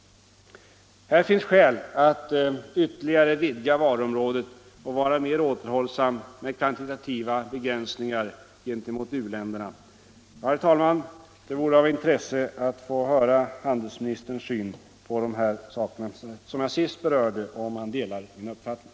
Här finns skäl att ytterligare vidga varuområdet och vara mer återhållsam med kvantitativa begränsningar gentemot u-länderna. Jag vill fråga handelsministern om han delar min uppfattning.